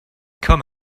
come